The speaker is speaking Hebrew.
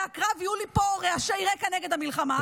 הקרב ויהיו לי פה רעשי רקע נגד המלחמה.